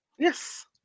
Yes